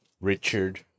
Richard